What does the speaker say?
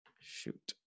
Shoot